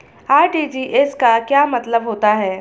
RTGS का क्या मतलब होता है?